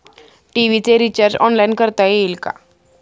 TV चे recharge online करता येईल का?